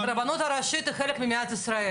שאלה החלקים שהוספנו ונסביר אותם אחד אחד.